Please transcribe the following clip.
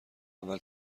اول